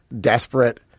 desperate